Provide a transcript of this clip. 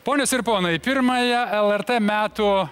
ponios ir ponai pirmąją lrt metų